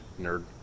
Nerd